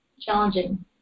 challenging